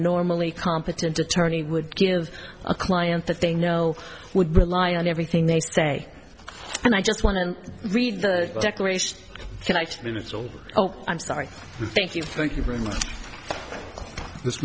normally competent attorney would give a client that they know would rely on everything they say and i just want to read the declaration collection it's all oh i'm sorry thank you thank you very much this